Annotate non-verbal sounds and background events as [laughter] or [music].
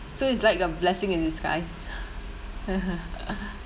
so it's like a blessing in disguise [laughs]